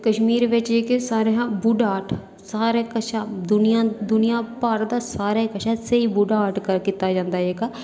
कश्मीर बिच सारें कशा जेह्के वुड आर्ट हर कशा दूनिया दूनिया भर दा स्हेई बूह्टा आर्ट कीता जंदा जेह्ड़ा इत्थै